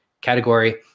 category